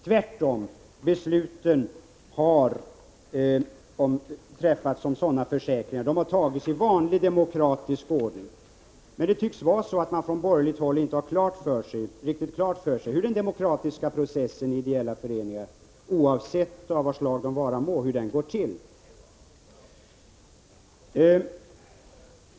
Tvärtom — besluten som har träffats om sådana försäkringar har tagits i vanlig demokratisk ordning. Men det tycks vara så att man från borgerligt håll inte har riktigt klart för sig hur den demokratiska processen i ideella föreningar, av vad slag de vara må, går till.